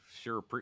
Sure